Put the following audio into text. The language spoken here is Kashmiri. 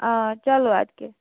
آ چلو اَدٕ کیٛاہ